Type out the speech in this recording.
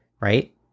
right